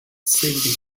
saved